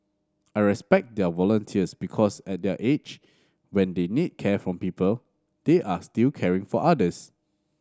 I respect their volunteers because at their age when they need care from people they are still caring for others